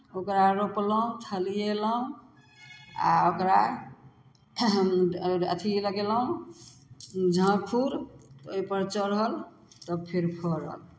ओकरा रोपलहुँ थलिएलहुँ आ ओकरा अथि लगयलहुँ झाँखुर ओहिपर चढ़ल तऽ फेर फड़ल